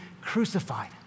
crucified